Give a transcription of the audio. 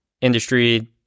industry